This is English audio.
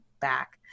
back